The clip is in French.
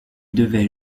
devait